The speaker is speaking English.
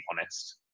honest